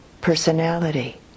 personality